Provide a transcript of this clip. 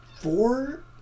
Four